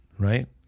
right